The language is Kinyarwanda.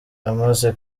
amaze